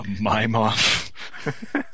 Mime-Off